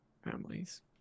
families